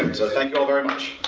and so thank you all very much.